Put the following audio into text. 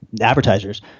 advertisers –